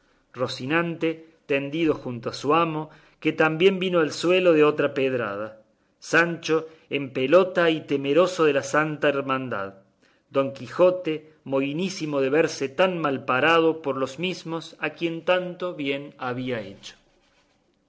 rocinante tendido junto a su amo que también vino al suelo de otra pedrada sancho en pelota y temeroso de la santa hermandad don quijote mohinísimo de verse tan malparado por los mismos a quien tanto bien había hecho